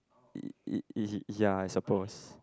ya I suppose